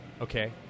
Okay